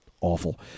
Awful